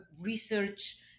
research